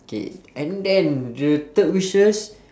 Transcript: K and then the third wishes